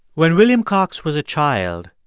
when william cox was a child,